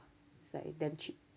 it's like damn cheap